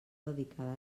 dedicada